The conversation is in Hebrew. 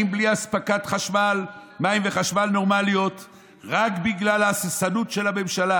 בלי אספקת מים וחשמל נורמלית רק בגלל ההססנות של הממשלה.